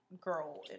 girl